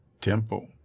temple